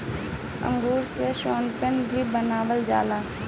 अंगूर से शैम्पेन भी बनावल जाला